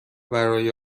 برای